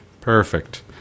Perfect